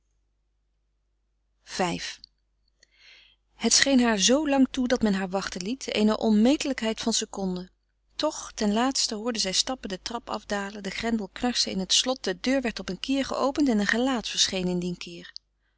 v het scheen haar zoo lang toe dat men haar wachten liet eene onmetelijkheid van seconden toch ten laatste hoorde zij stappen de trap afdalen den grendel knarsen in het slot de deur werd op een kier geopend en een gelaat verscheen in dien kier